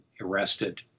arrested